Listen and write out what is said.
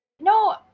No